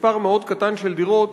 מספר מאוד קטן של דירות,